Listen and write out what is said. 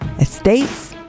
Estates